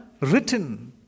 written